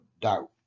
doubt